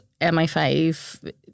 MI5